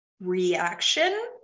reaction